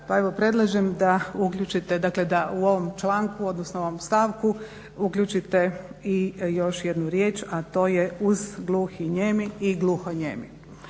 pa evo predlažem da uključite, dakle da u ovom članku odnosno ovom stavku uključite i još jednu riječ, a to je uz gluhi i nijemi i gluhonijemi.